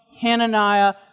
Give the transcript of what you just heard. Hananiah